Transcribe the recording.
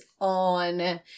on